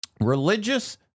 Religious